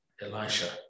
Elisha